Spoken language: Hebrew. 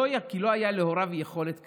כי לא הייתה להוריו יכולת כספית.